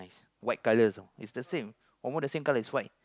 white colours is the same almost the same colour it's white